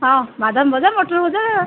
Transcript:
ହଁ ବାଦାମ ଭଜା ମଟର ଭଜା